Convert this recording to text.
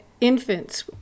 infants